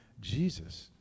Jesus